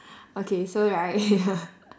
okay so right